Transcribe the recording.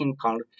called